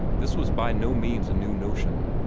this was by no means a new notion.